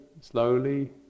slowly